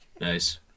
Nice